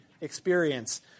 experience